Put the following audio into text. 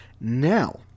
now